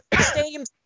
Stadium's